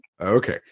Okay